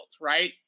right